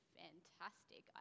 fantastic